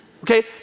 Okay